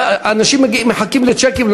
אנשים מחכים לצ'קים,